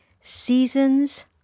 seasons